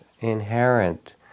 inherent